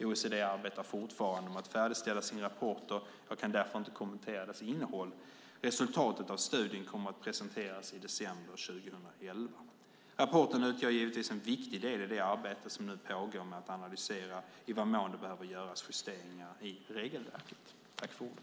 OECD arbetar fortfarande med att färdigställa sin rapport och jag kan därför inte kommentera dess innehåll. Resultatet av studien kommer att presenteras i december 2011. Rapporten utgör givetvis en viktig del i det arbete som nu pågår med att analysera i vad mån det behöver göras justeringar i regelverket.